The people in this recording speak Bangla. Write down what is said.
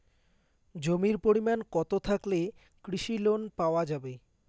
জমির পরিমাণ কতো থাকলে কৃষি লোন পাওয়া যাবে?